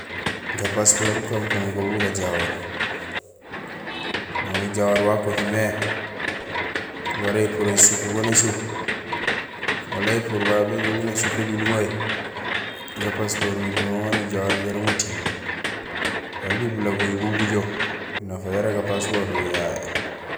Gapasupoor gukankaan go bujahoor. Nang ujahoor wakuhimé, wara épur ésuk bun ésuk wala épur babé béjoow bu nésuk élunlumay, gapasupoor nujumé uŋaar jaraam utiiŋ, jambi bulagohi bukajéén. Nafa yara gapasupoor yo yayé.